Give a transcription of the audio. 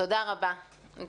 תודה רבה, מורן.